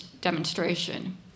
demonstration